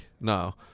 No